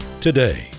today